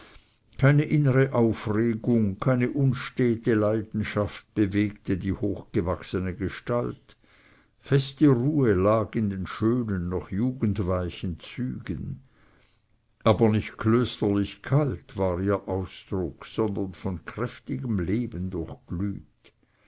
keine innere aufregung keine unstete leidenschaft bewegte die hochgewachsene gestalt feste ruhe lag in den schönen noch jugendweichen zügen aber nicht klösterlich kalt war ihr ausdruck sondern von kräftigem leben